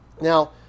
Now